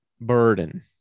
burden